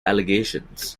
allegations